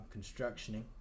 constructioning